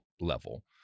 level